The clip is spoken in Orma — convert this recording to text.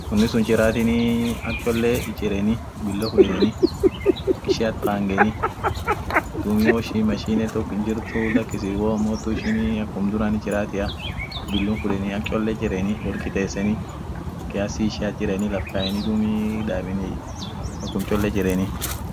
chilmale sun ak midasen midasen guren chiren dum bakulifat guren ama shapa midasen dum itgureni dum refu ibidir daben laan dum mal bisan sun jalagog aminen ak cholle dabenie dum mal ishin goddet dum irrafudeni unum nyatenie